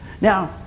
Now